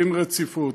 דין רציפות,